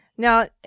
Now